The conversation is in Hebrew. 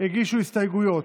הגישו הסתייגויות.